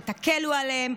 שתקלו עליהם.